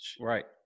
Right